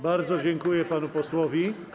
Bardzo dziękuję panu posłowi.